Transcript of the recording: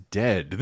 dead